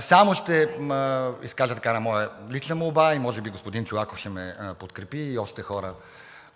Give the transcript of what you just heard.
Само ще изкажа една моя лична молба и може би господин Чолаков ще ме подкрепи, а и още хора